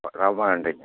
ரொம்ப நன்றிங்க